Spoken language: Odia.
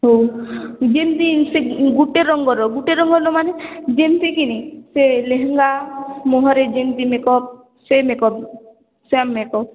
ହଉ ଯେମିତି ସେ ଗୋଟେ ରଙ୍ଗର ଗୁଟେ ରଙ୍ଗର ମାନେ ଯେମିତିକି ସେ ଲେହେଙ୍ଗା ମୁହଁରେ ଯେମିତି ମେକଅପ୍ ସେ ମେକଅପ୍ ସେମ୍ ମେକଅପ୍